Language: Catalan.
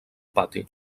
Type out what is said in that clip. pati